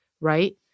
right